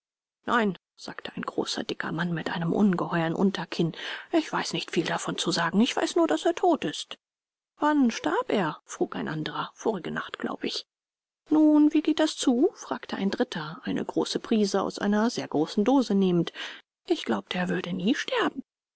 nein sagte ein großer dicker mann mit einem ungeheuern unterkinn ich weiß nicht viel davon zu sagen ich weiß nur daß er tot ist wann starb er frug ein anderer vorige nacht glaub ich nun wie geht das zu fragte ein dritter eine große prise aus einer sehr großen dose nehmend ich glaubte er würde nie sterben